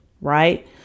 Right